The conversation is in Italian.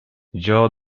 joão